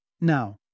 Now